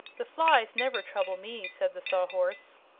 the flies never trouble me, said the saw-horse.